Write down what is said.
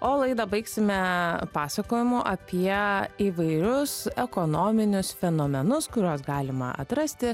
o laidą baigsime pasakojimu apie įvairius ekonominius fenomenus kuriuos galima atrasti